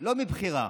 לא מבחירה.